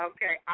Okay